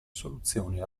soluzioni